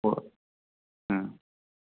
ꯑꯣ ꯎꯝ